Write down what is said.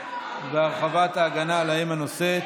והרחבת ההגנה על האם הנושאת).